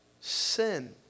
sin